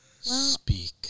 Speak